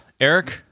Eric